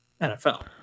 NFL